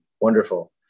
Wonderful